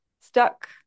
stuck